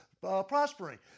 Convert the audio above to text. prospering